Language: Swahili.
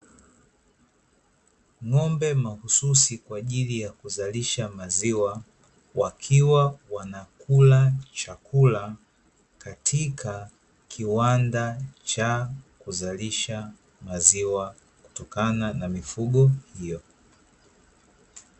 Ng'ombe mahususi kwa ajili ya kuzalisha maziwa, wakiwa wanakula chakula katika kiwanda cha kuzalisha maziwa kutokana na mifugo hiyo.